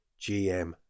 GM